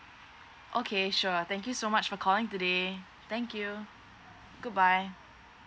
okay sure thank you so much for calling today thank you goodbye